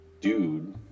dude